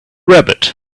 rabbit